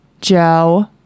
Joe